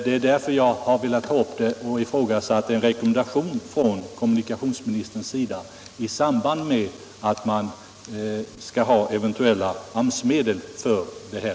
Det är därför jag velat ta upp saken och ifrågasatt en rekommendation från kommunikationsministerns sida i samband med att man skall ha eventuella AMS-medel för ändamålet.